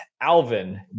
Alvin